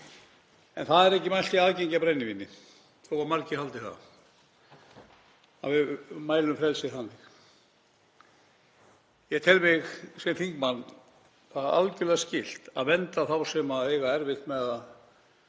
en það er ekki mælt í aðgengi að brennivíni þó að margir haldi að við mælum frelsi þannig. Ég tel mér sem þingmanni það algerlega skylt að vernda þá sem eiga erfitt með að